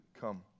Come